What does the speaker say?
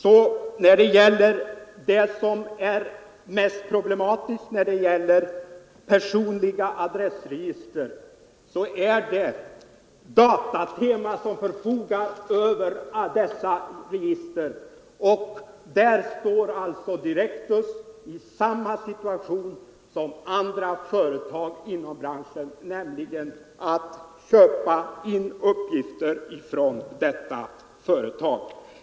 I fråga om vad som är mest problematiskt när det gäller personliga adressregister vill jag säga att det är Datema som förfogar över dessa register. Där är alltså Direktus” situation densamma som andra företags inom branschen. Direktus får nämligen köpa in uppgifter från detta företag.